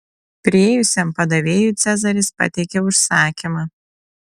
priėjusiam padavėjui cezaris pateikė užsakymą